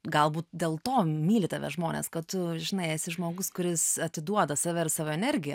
galbūt dėl to myli tave žmonės kad tu žinai esi žmogus kuris atiduoda save ir savo energiją